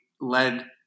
led